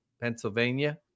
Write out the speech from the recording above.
Pennsylvania